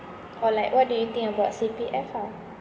or like what do you think about C_P_F ah